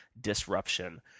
disruption